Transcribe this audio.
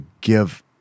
give